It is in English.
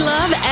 Love